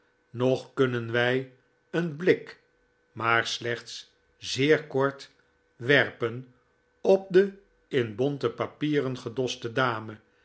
nog kunnen wij een blik maar slechts zeer kort werpen op de in bonte papieren gedoste dame